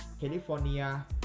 California